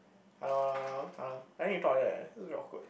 hello hello hello hello I need to talk like that eh this is very awkward